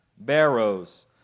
Barrows